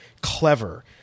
clever